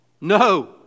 No